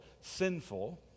sinful